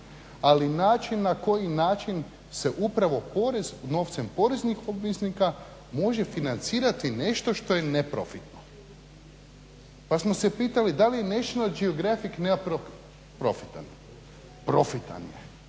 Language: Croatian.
ali način na koji način se upravo porez novcem poreznih obveznika može financirati nešto što je neprofitno. Pa smo se pitali da li National Geographic nema profita? Profitan je